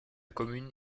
commune